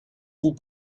vous